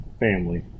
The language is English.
family